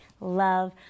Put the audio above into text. love